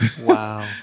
wow